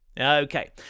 Okay